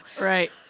Right